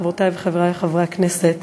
חברותי וחברי חברי הכנסת,